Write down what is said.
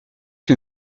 que